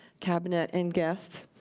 cabinet, and guests.